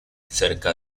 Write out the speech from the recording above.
cerca